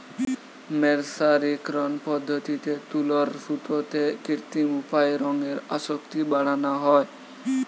মের্সারিকরন পদ্ধতিতে তুলোর সুতোতে কৃত্রিম উপায়ে রঙের আসক্তি বাড়ানা হয়